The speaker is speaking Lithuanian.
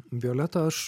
violeta aš